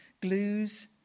glues